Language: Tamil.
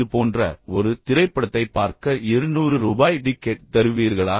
இது போன்ற ஒரு திரைப்படத்தைப் பார்க்க 200 ரூபாய் டிக்கெட் தருவீர்களா